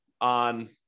on